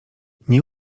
nie